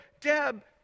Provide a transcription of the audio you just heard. Deb